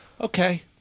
okay